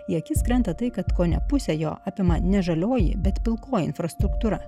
į akis krenta tai kad kone pusę jo apima ne žalioji bet pilkoji infrastruktūra